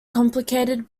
complicated